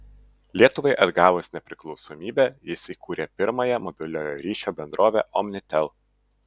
lietuvai atgavus nepriklausomybę jis įkūrė pirmąją mobiliojo ryšio bendrovę omnitel